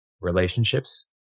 relationships